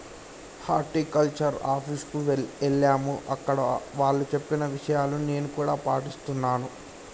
horticulture office కు ఎల్లాము అక్కడ వాళ్ళు చెప్పిన విషయాలు నేను కూడా పాటిస్తున్నాను